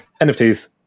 NFTs